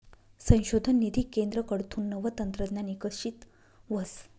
संशोधन निधी केंद्रकडथून नवं तंत्रज्ञान इकशीत व्हस